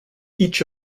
each